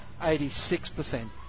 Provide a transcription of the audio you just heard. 86%